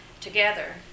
together